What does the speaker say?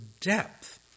depth